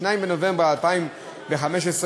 2 בנובמבר 2015,